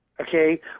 Okay